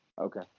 Okay